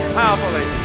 powerfully